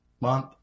Month